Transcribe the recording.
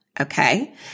okay